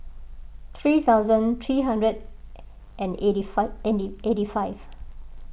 three thousand three hundred and eighty five and eighty five